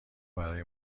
برای